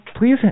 Please